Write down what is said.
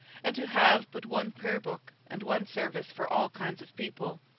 and to have but one prayer-book and one service for all kinds of people,